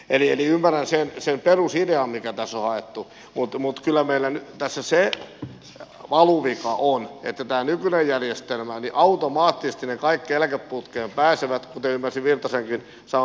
eli ymmärrän sen perusidean mitä tässä on haettu mutta kyllä meillä tässä se valuvika on että tässä nykyisessä järjestelmässä kaikki pääsevät eläkeputkeen automaattisesti kuten ymmärsin virtasenkin sanoneen